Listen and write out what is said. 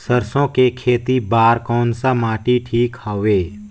सरसो के खेती बार कोन सा माटी ठीक हवे?